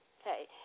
Okay